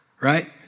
right